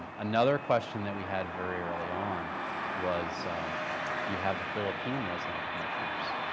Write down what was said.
another question that we had very early on was you have the philippine resident commissioners,